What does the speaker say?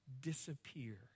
disappear